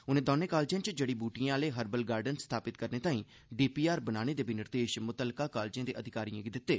उनें दौनें कालेजें च जड़ी बुटिएं आले हरबल गार्डन स्थापत करने लेई डीपीआर बनाने दे बी निर्देश मुतलका कालेज दे अधिकारिएं गी दित्ते